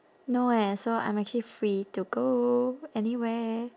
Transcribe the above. no eh so I'm actually free to go anywhere